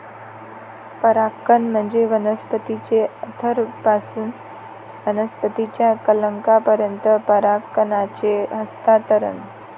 परागकण म्हणजे वनस्पतीच्या अँथरपासून वनस्पतीच्या कलंकापर्यंत परागकणांचे हस्तांतरण